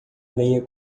areia